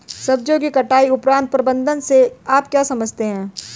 सब्जियों की कटाई उपरांत प्रबंधन से आप क्या समझते हैं?